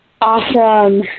Awesome